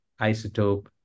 isotope